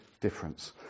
difference